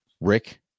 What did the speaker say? Rick